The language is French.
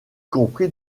compris